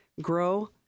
grow